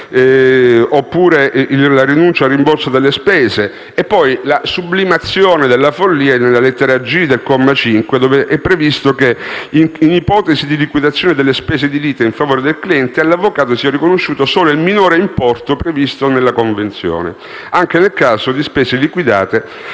oppure la rinuncia al rimborso delle stesse. La sublimazione della follia è, poi, nella lettera *g)* del comma 5, in cui è previsto che «in ipotesi di liquidazione delle spese di lite in favore del cliente, all'avvocato sia riconosciuto solo il minore importo previsto nella convenzione, anche nel caso di spese liquidate